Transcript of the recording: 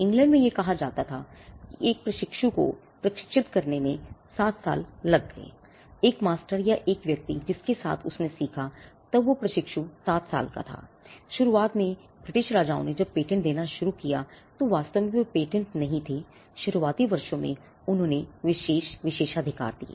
England में यह कहा जाता है कि एक प्रशिक्षु को प्रशिक्षित करने में 7 साल लग गएमास्टर या एक व्यक्ति जिसके साथ उसने सीखा तब वो प्रशिक्षु 7 साल का था शुरू में ब्रिटिश राजाओं ने जब पेटेंट देना शुरू किया तो वे वास्तव में पेटेंट नहीं थे शुरुआती वर्षों में उन्होंने विशेष विशेषाधिकार दिए